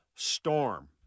storm